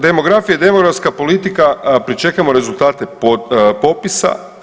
Demografija i demografska politika, pričekajmo rezultate popisa.